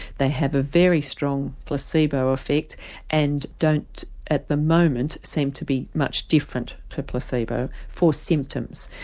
they have a very strong placebo effect and don't, at the moment, seem to be much different to placebo for symptoms.